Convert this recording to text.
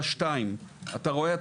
אתה רואה,